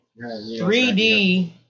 3d